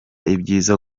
ibyiza